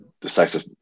decisive